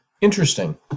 Interesting